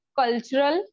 cultural